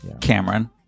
cameron